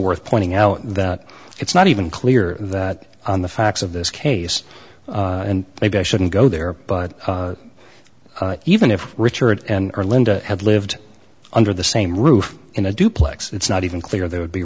worth pointing out that it's not even clear that on the facts of this case and maybe i shouldn't go there but even if richard and linda had lived under the same roof in a duplex it's not even clear they would be